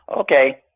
Okay